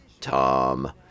Tom